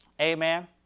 Amen